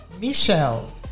michelle